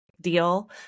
deal